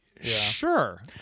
Sure